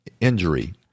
injury